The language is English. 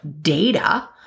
data